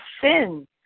sin